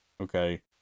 okay